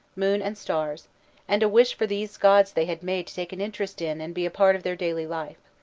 moon, and stars and a wish for these gods they had made to take an interest in and be part of their daily life.